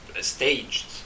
staged